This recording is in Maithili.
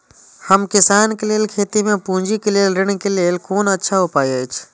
हम किसानके लेल खेती में पुंजी के लेल ऋण के लेल कोन अच्छा उपाय अछि?